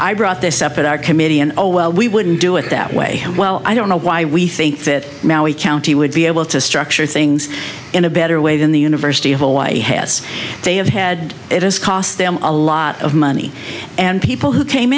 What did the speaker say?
i brought this up at our committee and oh well we wouldn't do it that way and well i don't know why we think that now we county would be able to structure things in a better way than the university of hawaii has they have had it has cost them a lot of money and people who came